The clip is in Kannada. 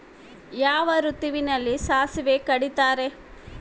ಯಾವ ಋತುವಿನಲ್ಲಿ ಸಾಸಿವೆ ಕಡಿತಾರೆ?